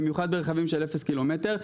במיוחד ברכבים של אפס קילומטר,